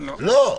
לא.